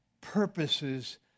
purposes